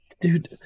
Dude